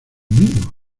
mismos